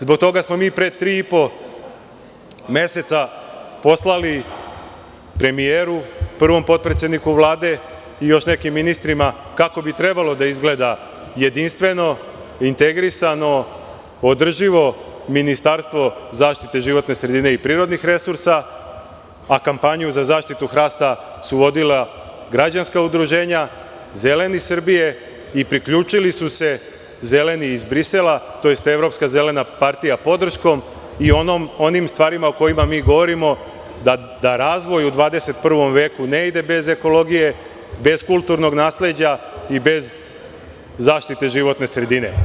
Zbog toga smo mi pre tri i po meseca poslali premijeru, prvom potpredsedniku Vlade i još nekim ministrima kako bi trebalo da izgleda jedinstveno, integrisano, održivo ministarstvo zaštite životne sredine i prirodnih resursa, a kampanju za zaštitu hrasta su vodila građanska udruženja, Zeleni Srbije i priključili su se Zeleni iz Brisela, tj. Evropska zelena partija podrškom i onim stvarima o kojima mi govorimo, da razvoj u 21. veku ne ide bez ekologije, bez kulturnog nasleđa i bez zaštite životne sredine.